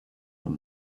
from